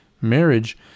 Marriage